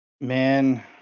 Man